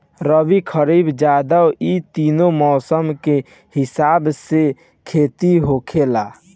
रबी, खरीफ, जायद इ तीन मौसम के हिसाब से खेती होखेला